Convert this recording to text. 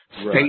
state